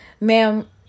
ma'am